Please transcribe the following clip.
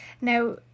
Now